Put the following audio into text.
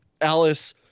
Alice